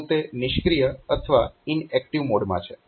તો તે નિષ્ક્રિય અથવા ઇનએક્ટીવ મોડ માં છે